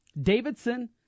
Davidson